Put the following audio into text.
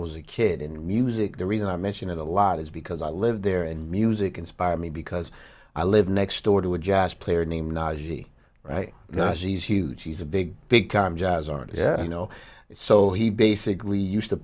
was a kid in music the reason i mention it a lot is because i live there and music inspired me because i live next door to a jazz player named right now as he's huge he's a big big time jazz artist yeah you know so he basically used to